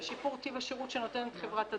ושיפור טיב השירות שנותנת חברת הדואר.